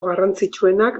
garrantzitsuenak